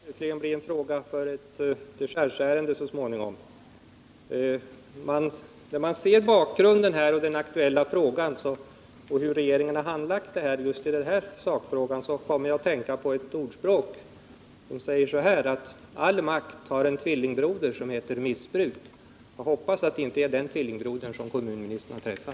Herr talman! Detta får antagligen bli ett dechargeärende så småningom. När jag ser bakgrunden till den aktuella frågan och hur regeringen har handlagt just sakfrågan kommer jag att tänka på ett ordspråk, som säger att all makt har en tvillingbroder som heter missbruk. Jag hoppas att det inte är den tvillingbrodern som kommunministern har träffat.